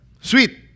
sweet